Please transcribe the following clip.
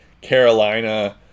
Carolina